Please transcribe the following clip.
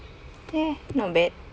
eh not bad